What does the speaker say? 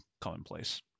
commonplace